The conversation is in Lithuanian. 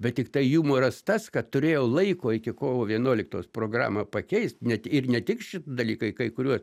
bet tiktai jumoras tas kad turėjo laiko iki kovo vienuoliktos programą pakeist net ir ne tik ši dalykai kai kuriuo